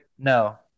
No